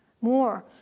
more